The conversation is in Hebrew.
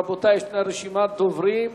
רבותי, יש רשימת דוברים.